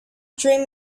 dream